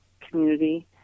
community